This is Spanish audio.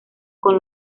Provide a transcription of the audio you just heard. con